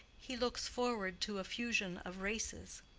he looks forward to a fusion of races.